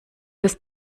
des